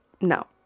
no